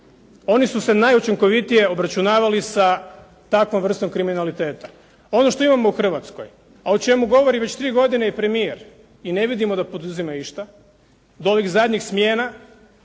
Oni su se najučinkovitije obračunavali sa takvom vrstom kriminaliteta. Ono što imamo u Hrvatskoj, a o čemu govori već tri godine i premijer i ne vidimo da poduzima išta do ovih zadnjih smjena